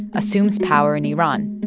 assumes power in iran.